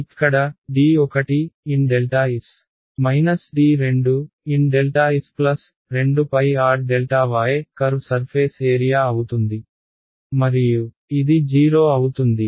ఇక్కడ n∆s D2n∆s 2πr∆y curve surface area అవుతుంది మరియు ఇది 0 అవుతుంది